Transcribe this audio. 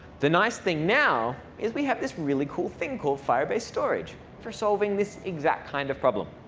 the nice thing now is we have this really cool thing called firebase storage for solving this exact kind of problem.